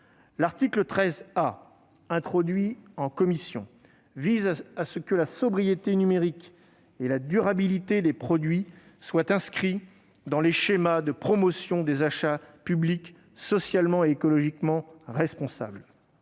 L'article 13 A, introduit en commission, vise à ce que la sobriété numérique et la durabilité des produits soient inscrites dans les schémas de promotion des achats publics socialement et écologiquement responsables